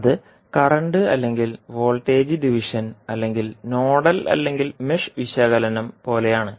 അത് കറന്റ് അല്ലെങ്കിൽ voltage division അല്ലെങ്കിൽ നോഡൽ അല്ലെങ്കിൽ മെഷ് വിശകലനം പോലെയാണ്